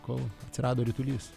kol atsirado ritulys